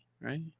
right